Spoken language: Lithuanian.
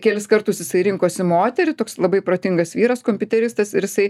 kelis kartus jisai rinkosi moterį toks labai protingas vyras kompiuteristas ir jisai